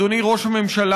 אדוני ראש הממשלה,